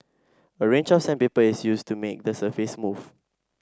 a range of sandpaper is used to make the surface smooth